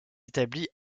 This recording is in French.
établie